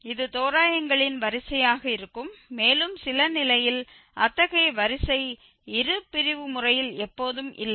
இது தோராயங்களின் வரிசையாக இருக்கும் மேலும் சில நிலையில் அத்தகைய வரிசை இருபிரிவு முறையில் எப்போதும் இல்லை